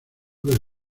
del